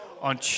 on